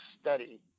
study